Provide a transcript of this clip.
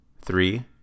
three